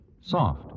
soft